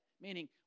Meaning